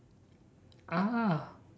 ah